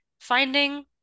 finding